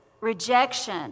rejection